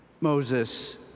Moses